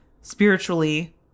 spiritually